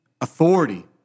authority